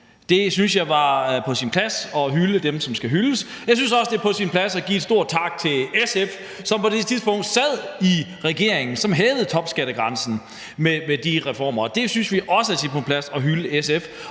Jeg synes, det er på sin plads at hylde dem, som skal hyldes. Jeg synes også, det er på sin plads at give en stor tak til SF, som på det tidspunkt sad i den regering, som hævede topskattegrænsen ved de reformer – så det er også på sin plads at hylde SF.